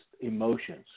emotions